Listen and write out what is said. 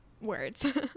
words